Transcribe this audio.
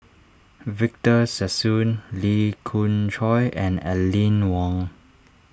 Victor Sassoon Lee Khoon Choy and Aline Wong